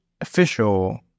official